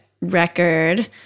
record